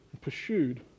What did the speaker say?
pursued